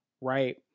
Right